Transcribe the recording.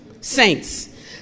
saints